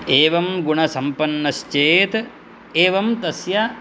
एवं गुणसम्पन्नश्चेत् एवं तस्य